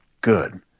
good